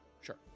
Sure